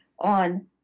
on